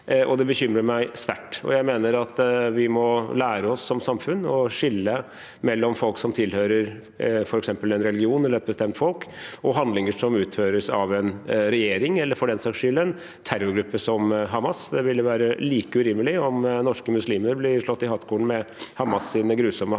Det bekymrer meg sterkt, og jeg mener at vi som samfunn må lære oss å skille mellom folk som tilhører f.eks. en religion eller et bestemt folk, og handlinger som utføres av en regjering eller for den saks skyld en terrorgruppe som Hamas. Det ville være like urimelig om norske muslimer ble slått i hartkorn med Hamas’ grusomme handlinger